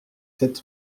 sept